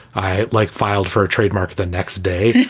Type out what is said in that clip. i like filed for a trademark the next day.